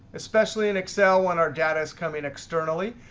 especially in excel when our data is coming externally.